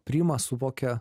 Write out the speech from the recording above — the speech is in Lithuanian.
priima suvokia